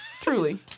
truly